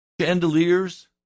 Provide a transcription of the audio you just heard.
chandeliers